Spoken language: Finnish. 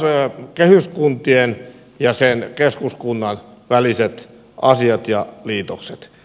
se on kehyskuntien ja keskuskunnan väliset asiat ja liitokset